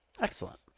excellent